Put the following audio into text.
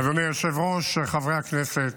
אדוני היושב-ראש, חברי הכנסת,